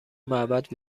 معبد